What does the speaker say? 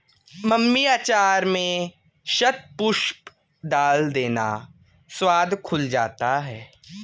mummy अचार में शतपुष्प डाल देना, स्वाद खुल जाता है